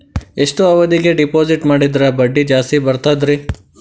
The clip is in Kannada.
ಎಷ್ಟು ಅವಧಿಗೆ ಡಿಪಾಜಿಟ್ ಮಾಡಿದ್ರ ಬಡ್ಡಿ ಜಾಸ್ತಿ ಬರ್ತದ್ರಿ?